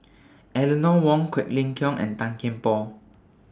Eleanor Wong Quek Ling Kiong and Tan Kian Por